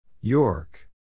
York